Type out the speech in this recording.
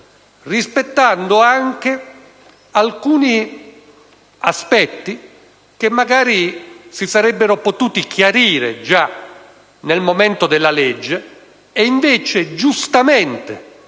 rispettando anche alcuni aspetti che magari si sarebbero potuti chiarire fin dall'inizio e che invece, giustamente